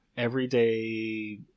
everyday